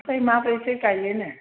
ओमफ्राय माब्रैथो गायो नो